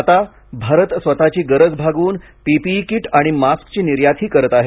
आता भारत स्वतःची गरज भागवून पीपीई किट आणि मास्कची निर्यातही करत आहे